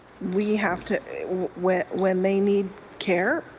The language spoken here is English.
we have to when when they need care,